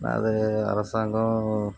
அது அரசாங்கம்